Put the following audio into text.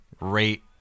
Rate